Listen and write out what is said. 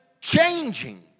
changing